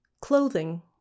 Clothing